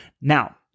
Now